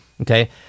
Okay